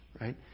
right